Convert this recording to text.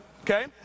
okay